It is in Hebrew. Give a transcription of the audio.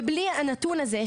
ובלי הנתון הזה,